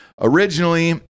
Originally